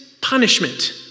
punishment